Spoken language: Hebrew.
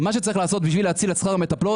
מה שצריך לעשות בשביל להציל את שכר המטפלות